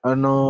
Ano